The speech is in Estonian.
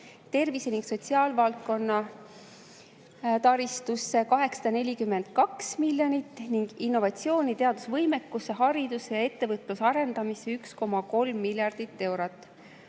tervise‑ ja sotsiaalvaldkonna taristule 842 miljonit; innovatsiooni, teadusvõimekuse, hariduse ja ettevõtluse arendamise jaoks 1,3 miljardit eurot.